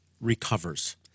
recovers